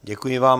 Děkuji vám.